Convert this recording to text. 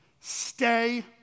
stay